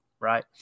right